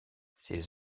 ces